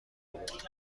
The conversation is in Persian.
بود